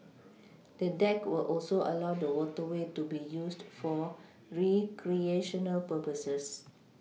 the deck will also allow the waterway to be used for recreational purposes